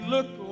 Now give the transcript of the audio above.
Look